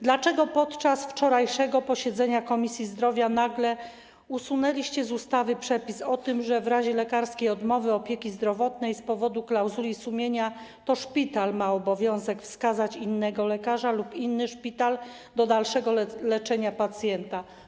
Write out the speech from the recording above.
Dlaczego podczas wczorajszego posiedzenia Komisji Zdrowia nagle usunęliście z ustawy przepis o tym, że w razie lekarskiej odmowy opieki zdrowotnej z powodu klauzuli sumienia to szpital ma obowiązek wskazać innego lekarza lub inny szpital do dalszego leczenia pacjenta?